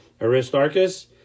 Aristarchus